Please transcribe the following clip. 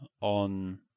on